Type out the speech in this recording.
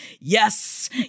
Yes